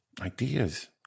Ideas